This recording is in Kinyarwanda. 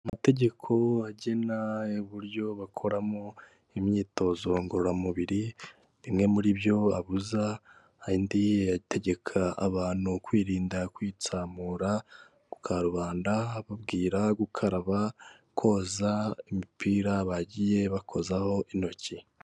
Amategeko agena uburyo bakoramo imyitozo ngororamubiri, bimwe muri byo abuza andi ategeka abantu kwirinda kwitsamura ku karubanda, bababwira gukaraba, koza imipira bagiye bakozaho intoki.